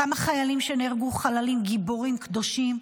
כמה חיילים שנהרגו, חללים, גיבורים, קדושים?